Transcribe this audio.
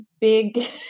big